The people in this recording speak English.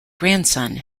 grandson